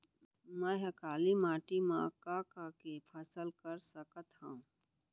मै ह काली माटी मा का का के फसल कर सकत हव?